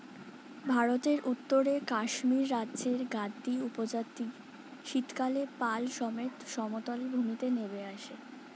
ভারতের উত্তরে কাশ্মীর রাজ্যের গাদ্দী উপজাতি শীতকালে পাল সমেত সমতল ভূমিতে নেমে আসে